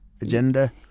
agenda